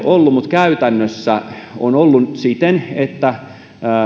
ollut mutta käytännössä on ollut siten että